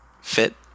fit